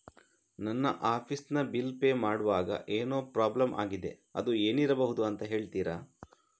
ನನ್ನ ಆಫೀಸ್ ನ bill pay ಮಾಡ್ವಾಗ ಏನೋ ಪ್ರಾಬ್ಲಮ್ ಆಗಿದೆ ಅದು ಏನಿರಬಹುದು ಅಂತ ಹೇಳ್ತೀರಾ?